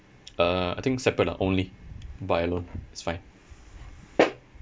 uh I think separate lah only by alone it's fine